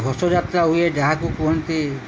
ଘୋଷଯାତ୍ରା ହୁଏ ଯାହାକୁ କୁହନ୍ତି